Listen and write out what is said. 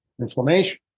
Inflammation